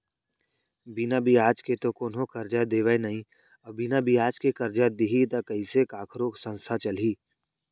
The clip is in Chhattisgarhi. बिना बियाज के तो कोनो करजा देवय नइ अउ बिना बियाज के करजा दिही त कइसे कखरो संस्था चलही